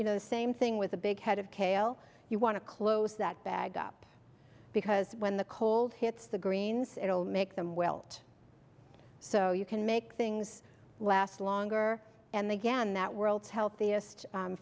you know the same thing with a big head of kale you want to close that bag up because when the cold hits the greens it'll make them well so you can make things last longer and again that world's healthiest